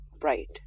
right